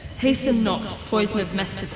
hasten not, poison of mestetef